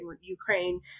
Ukraine